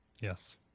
yes